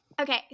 Okay